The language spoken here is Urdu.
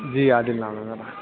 جی عادل نام ہے میرا